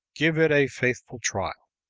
give it a faithful trial.